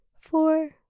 four